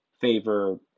favor